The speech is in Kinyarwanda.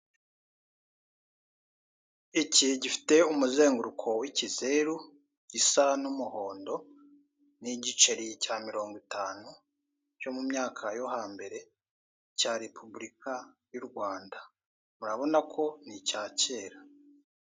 Iki gifite umuzenguruko w'ikizeru gisa n'umuhondo. Ni igiceri cya mirongo itanu cyo mu myaka yo hambere cya repuburika yu Rwanda urabona ko ni icya kera.